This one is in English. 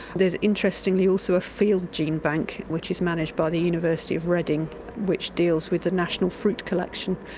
there's interestingly also a field gene bank which is managed by the university of reading which deals with the national fruit collection.